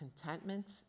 contentment